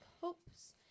hopes